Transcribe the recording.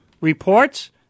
reports